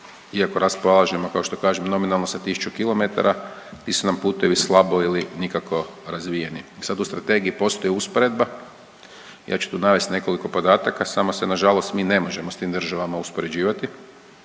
iako raspolažemo kao što kažem nominalno sa tisuću kilometara ti su nam putevi slabo ili nikako razvijeni. Sad u strategiji postoji usporedba, ja ću tu navest nekoliko podataka samo se nažalost mi ne možemo s tim državama uspoređivati,